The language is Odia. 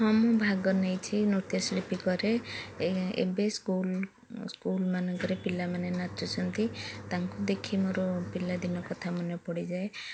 ହଁ ମୁଁ ଭାଗ ନେଇଛି ନୃତ୍ୟଶିଳ୍ପୀ କରେ ଏବେ ସ୍କୁଲ ସ୍କୁଲ ମାନଙ୍କରେ ପିଲାମାନେ ନାଚୁଛନ୍ତି ତାଙ୍କୁ ଦେଖି ମୋର ପିଲାଦିନ କଥା ମନେ ପଡ଼ିଯାଏ